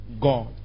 God